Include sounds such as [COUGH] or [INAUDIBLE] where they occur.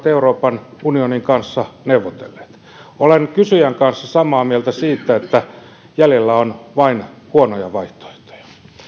[UNINTELLIGIBLE] euroopan unionin kanssa neuvotelleet olen kysyjän kanssa samaa mieltä siitä että jäljellä on vain huonoja vaihtoehtoja